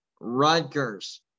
Rutgers